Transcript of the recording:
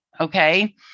Okay